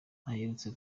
aherutse